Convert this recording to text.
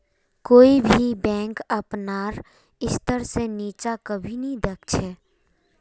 कोई भी बैंक अपनार स्तर से नीचा कभी नी दख छे